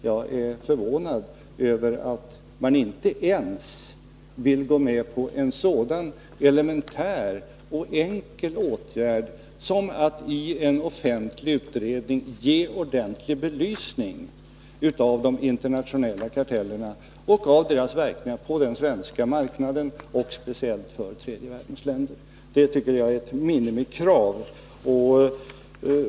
Jag är förvånad över att man inte ens vill gå med på en sådan elementär och enkel åtgärd som att i en offentlig utredning ge ordentlig belysning av de internationella kartellerna och av deras verkningar på den svenska marknaden men framför allt för tredje världens länder. Det tycker jag är ett minimikrav.